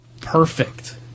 perfect